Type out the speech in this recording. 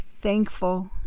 thankful